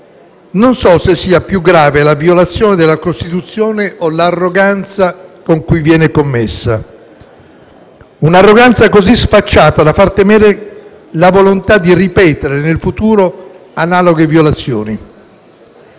non so se sia più grave la violazione della Costituzione o l'arroganza con cui viene commessa: un'arroganza così sfacciata da far pensare alla volontà di ripetere nel futuro analoghe violazioni.